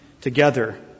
together